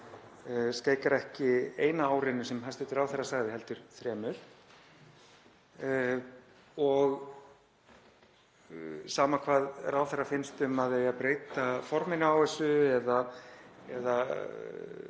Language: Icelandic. skeikar ekki eina árinu sem hæstv. ráðherra sagði heldur þremur. Sama hvað ráðherra finnst um að eigi að breyta forminu á þessu eða